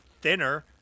thinner